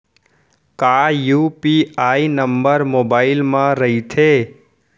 का UPI number mobile म रहिथे?